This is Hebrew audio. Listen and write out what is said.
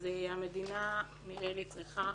המדינה ממילא צריכה